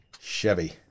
Chevy